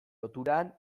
loturan